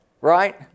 right